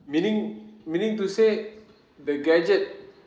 meaning meaning to say the gadget